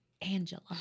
Angela